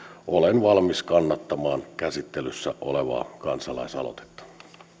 olen valmis kannattamaan käsittelyssä olevaa kansalaisaloitetta